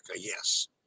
Yes